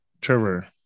Trevor